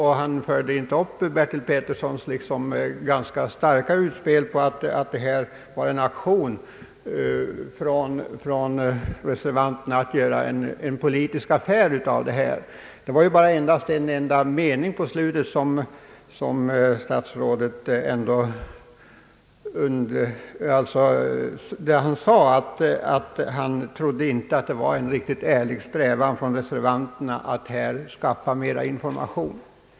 Han följde inte upp herr Bertil Peterssons ganska hårda utspel då denne gjorde gällande att det var en aktion från reservanterna för att göra en politisk affär av denna fråga. Det var bara i en enda mening i slutet av sitt anförande som statsrådet Wickman ändå sade att han inte trodde att det var en riktigt ärlig strävan hos reservanterna att skaffa mer information.